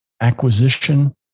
acquisition